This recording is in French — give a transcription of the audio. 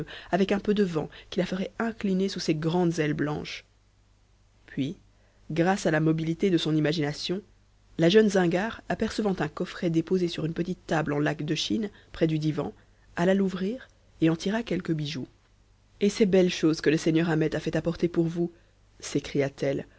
avec un peu de vent qui la ferait incliner sous ses grandes ailes blanches puis grâce à la mobilité de son imagination la jeune zingare apercevant un coffret déposé sur une petite table en laque de chine près du divan alla l'ouvrir et en tira quelques bijoux et ces belles choses que le seigneur ahmet a fait apporter pour vous s'écria-t-elle